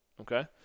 Okay